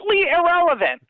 irrelevant